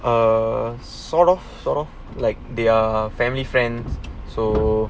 err sort of sort of like their family friends so